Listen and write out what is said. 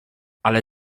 ale